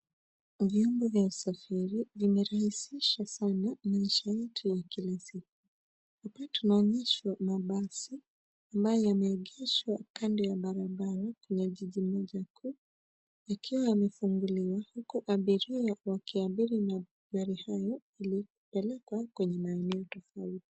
Vyombo vya usafiri vimerahisisha sana maisha yetu wa kila siku. Hapa tunaonyeshwa mabasi ambayo yameegeshwa kando ya barabara la jiji moja kuu yakiwa yamefunguliwa huku abiria wakiabiri magari haya ili kupeleka kwenye maeneo tofauti.